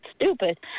stupid